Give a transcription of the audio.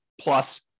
plus